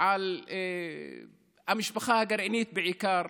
על המשפחה הגרעינית בעיקר